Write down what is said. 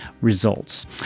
results